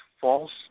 false